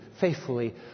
faithfully